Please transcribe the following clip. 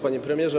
Panie Premierze!